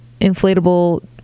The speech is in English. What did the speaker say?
inflatable